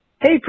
Hey